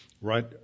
right